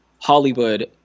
Hollywood